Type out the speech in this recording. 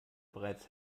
bereits